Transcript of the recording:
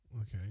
Okay